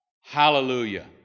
hallelujah